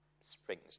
springs